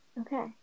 okay